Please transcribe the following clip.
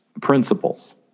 principles